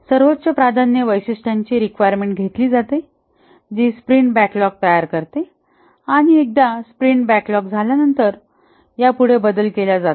सर्वोच्च प्राधान्य वैशिष्ट्याची रिक्वायरमेंट्स घेतली जाते जी स्प्रिंट बॅकलॉग तयार करते आणि एकदा स्प्रिंट बॅकलॉग प्राप्त झाल्यानंतर यापुढे बदल केला जात नाही